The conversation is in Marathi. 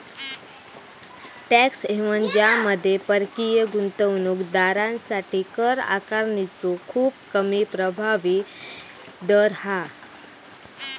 टॅक्स हेवन ज्यामध्ये परकीय गुंतवणूक दारांसाठी कर आकारणीचो खूप कमी प्रभावी दर हा